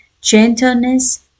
gentleness